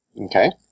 Okay